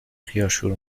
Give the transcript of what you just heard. خیارشور